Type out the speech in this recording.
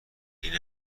این